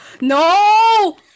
no